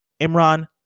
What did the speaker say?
Imran